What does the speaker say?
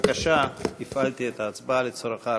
בבקשה, הפעלתי את ההצבעה לצורך ההרשמה.